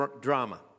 drama